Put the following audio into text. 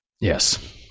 Yes